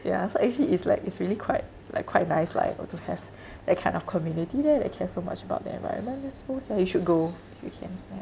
ya so actually it's like it's really quite like quite nice like uh to have that kind of community there that care so much about the environment I supposed ya you should go if you can yeah